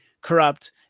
corrupt